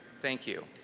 thank you.